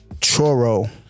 Choro